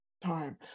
time